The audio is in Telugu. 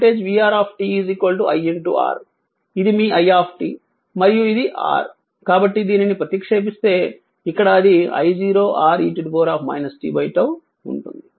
ఇది మీ i మరియు ఇది R కాబట్టి దీనిని ప్రతిక్షేపిస్తే ఇక్కడ అది I0R e t 𝝉 ఉంటుంది